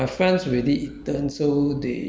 to eat loh